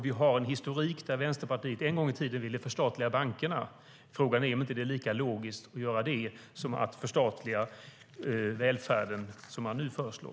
Vi har en historik där Vänsterpartiet en gång i tiden ville förstatliga bankerna. Frågan är om det inte är lika logiskt att göra det som att förstatliga välfärden, som man nu föreslår.